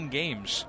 games